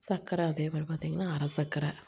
சர்க்கரை அதே மாதிரி பார்த்தீங்கனா அரை சர்க்கரை